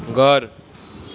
ઘર